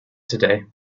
today